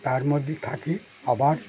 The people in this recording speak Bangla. তার মধ্যে থাকি আবার